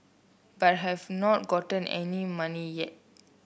but have not gotten any money yet